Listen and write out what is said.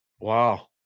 Wow